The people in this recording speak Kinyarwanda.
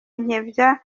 nkebya